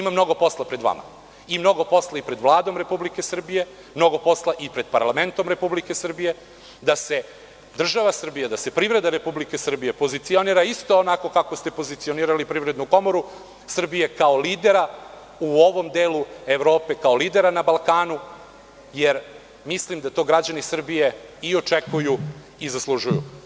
Mnogo posla je pred vama i pred Vladom Republike Srbije, pred parlamentom Republike Srbije, da se država Srbija, da se privreda Republike Srbije pozicionira isto onako kako ste pozicionirali Privrednu komoru Srbije, kao lidera u ovom delu Evrope, kao lidera na Balkanu, jer mislim da to građani Srbije i očekuju i zaslužuju.